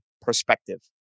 perspective